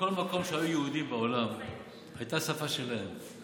בכל מקום שהיו יהודים בעולם הייתה להם שפה שלהם.